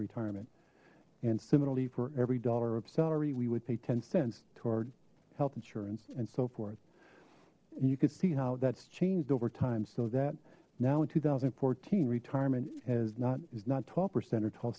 retirement and similarly for every dollar of salary we would pay ten cents toward health and so forth you could see how that's changed over time so that now in two thousand and fourteen retirement is not is not twelve percent or twe